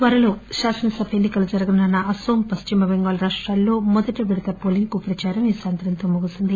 త్వరలో శాసనసభ ఎన్నికలు జరగనున్న అనోం పశ్చిమబెంగాల్ రాష్టాల్లో మొదటి విడత ఎన్సి కలకు ప్రచారం ఈ సాయంత్రంతో ముగిసింది